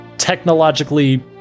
technologically